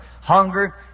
hunger